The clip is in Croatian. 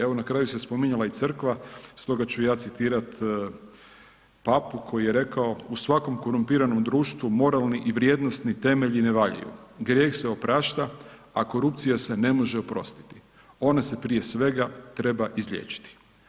Evo, na kraju se spominjala i crkva, stoga ću ja citirati papu, koji je rekao, u svakom korumpiranom društvu, moralni i vrijednosni temelji ne valjaju, grijeh se oprašta, a korupcija se ne može oprostiti, ona se prije svega treba izliječiti.